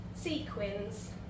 sequins